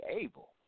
able